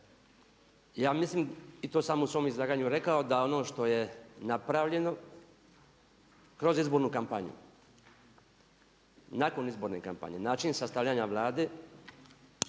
Ja mislim i to sam u svom izlaganju rekao da ono što je napravljeno kroz izbornu kampanju, nakon izborne kampanju. Nakon izborne